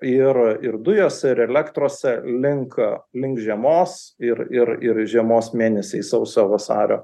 ir ir dujose ir elektrose link link žiemos ir ir ir žiemos mėnesiais sausio vasario